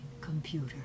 computer